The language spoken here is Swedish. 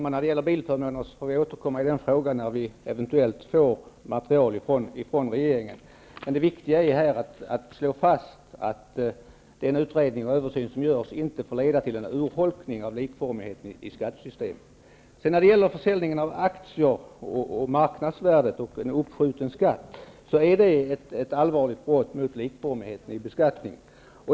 Herr talman! Vi får återkomma i frågan om bilförmåner när vi eventuellt får material från regeringen. Det viktiga är att slå fast att den utredning och översyn som görs inte får leda til en urholkning av likformigheten i skattesystemet. Vid försäljning av aktier, bedömning av deras marknadsvärde och en uppskjuten skatt föreligger ett allvarligt brott mot likformigheten i beskattningen.